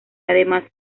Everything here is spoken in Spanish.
además